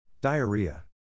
diarrhea